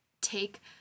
take